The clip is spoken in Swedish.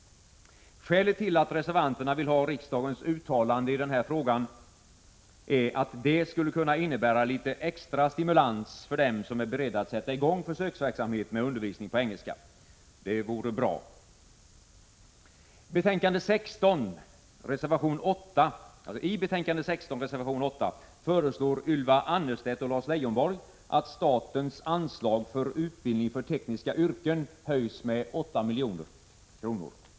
Skälet till att reservanterna vill ha riksdagens uttalande i den här frågan är att det skulle kunna innebära litet extra stimulans för dem som är beredda att sätta i gång försöksverksamhet med undervisning på engelska. Det vore bra.